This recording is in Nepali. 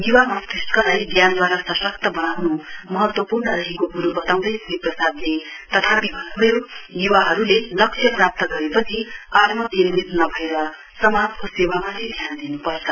युवा मस्तिस्कलाई ज्ञानद्वारा सशक्त वनाउनु महत्वपूर्ण रहेको कुरो वताउँदै श्री प्रसादेले तथापि भन्नुभयो युवाहरुले लक्ष्य प्राप्त गरेपछि आत्मकेन्द्रित नभएर समाजको सेवामाथि ध्यान दिनुपर्छ